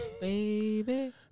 Baby